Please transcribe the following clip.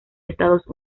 estados